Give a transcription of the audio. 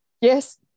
yes